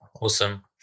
awesome